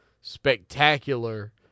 spectacular